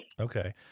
Okay